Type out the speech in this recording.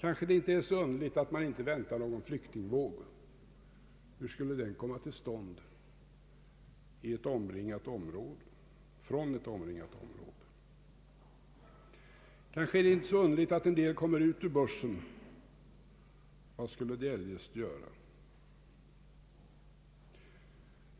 Kanske är det inte så underligt att man inte väntar någon flyktingvåg. Hur skulle den kunna komma till stånd från ett omringat område? Kanske är det inte så underligt att en del människor kommer ut ur bushen. Vad skulle de eljest göra?